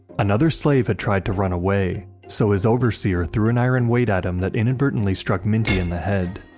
another slave had tried to run away, so his overseer threw an iron weight at him that inadvertently struck minty in the head.